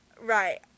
Right